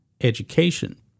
education